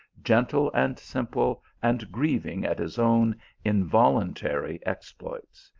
gentle and simple, and grieving at his own involuntary exploits.